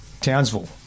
Townsville